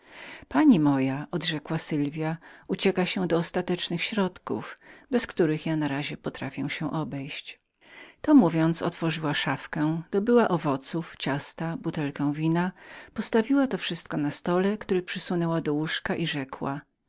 pani moja odrzekła sylwja ucieka się do gwałtownych środków bez których ja potrafię się obejść to mówiąc otworzyła szafę dobyła owoców ciast butelkę wina postawiła to wszystko na stole który przysunęła do sofy i rzekła